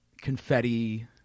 confetti